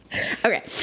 Okay